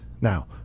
Now